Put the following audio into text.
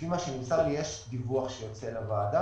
לפי מה שנמסר לי יש דיווח שיוצא לוועדה